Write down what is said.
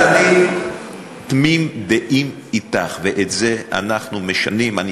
אז אני תמים דעים אתך, ואנחנו משנים את זה.